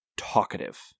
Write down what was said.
Talkative